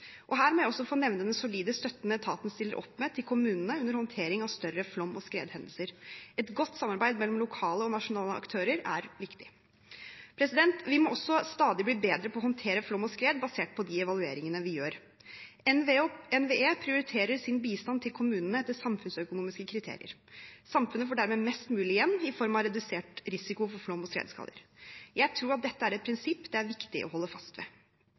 Her må jeg også få nevne den solide støtten etaten stiller opp med til kommunene under håndtering av større flom- og skredhendelser. Et godt samarbeid mellom lokale og nasjonale aktører er viktig. Vi må også stadig bli bedre til å håndtere flom og skred basert på de evalueringene vi gjør. NVE prioriterer sin bistand til kommunene etter samfunnsøkonomiske kriterier. Samfunnet får dermed mest mulig igjen i form av redusert risiko for flom- og skredskader. Jeg tror at dette er et prinsipp det er viktig å holde fast ved.